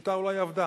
השיטה אולי עבדה,